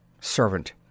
Servant